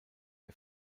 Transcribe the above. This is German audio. der